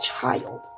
child